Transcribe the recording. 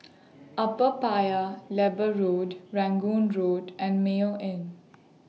Upper Paya Lebar Road Rangoon Road and Mayo Inn